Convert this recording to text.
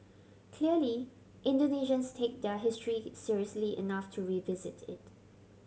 clearly Indonesians take their history seriously enough to revisit it